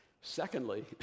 Secondly